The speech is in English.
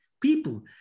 people